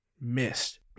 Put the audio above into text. missed